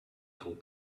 told